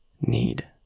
need